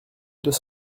deux